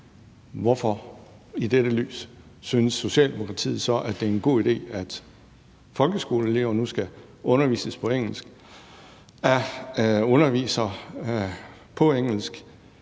Hvorfor, i dette lys, synes Socialdemokratiet så, at det er en god idé, at folkeskoleelever nu skal undervises af undervisere på engelsk,